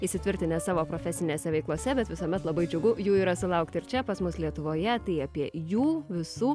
įsitvirtinę savo profesinėse veiklose bet visuomet labai džiugu jų yra sulaukti ir čia pas mus lietuvoje tai apie jų visų